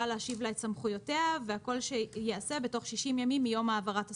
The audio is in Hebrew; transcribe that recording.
להשיב לה את סמכויותיה והכל שייעשה בתוך 60 ימים מיום העברת הסמכויות.